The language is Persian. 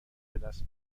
بدست